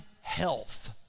health